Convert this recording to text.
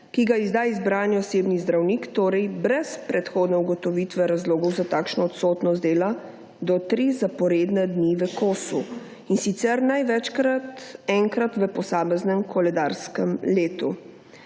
ki ga izda izbrani osebni zdravnik, torej brez predhodne ugotovitve razlogov za takšno odsotnost z dela, do tri zaporedne dni v kosu in sicer največkrat enkrat v posameznem koledarskem letu.